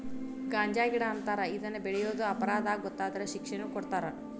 ಗಾಂಜಾಗಿಡಾ ಅಂತಾರ ಇದನ್ನ ಬೆಳಿಯುದು ಅಪರಾಧಾ ಗೊತ್ತಾದ್ರ ಶಿಕ್ಷೆನು ಕೊಡತಾರ